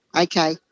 Okay